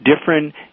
different